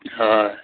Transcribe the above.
হয়